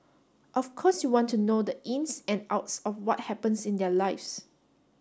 of course you want to know the ins and outs of what happens in their lives